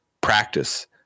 practice